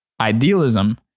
Idealism